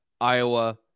Iowa